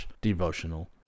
devotional